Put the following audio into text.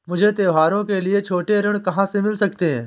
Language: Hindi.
मुझे त्योहारों के लिए छोटे ऋण कहाँ से मिल सकते हैं?